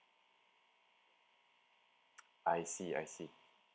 I see I see